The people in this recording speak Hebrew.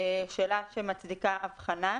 שאלה שמצדיקה אבחנה.